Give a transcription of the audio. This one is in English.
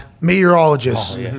meteorologist